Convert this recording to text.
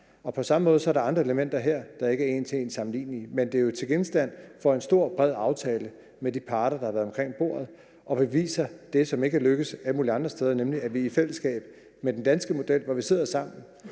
på samme måde er der andre elementer her, der ikke er en til en sammenlignelige. Men det er jo til genstand for en stor bred aftale med de parter, der har været med omkring bordet, og det beviser det, som ikke er lykkedes alle mulige andre steder, nemlig at vi i fællesskab og med den danske model, hvor vi sidder sammen,